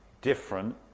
different